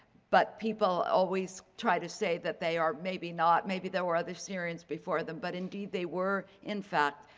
but people always try to say that they are maybe not, maybe there were other syrians before them, but indeed they were, in fact,